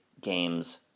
games